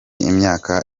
imyaka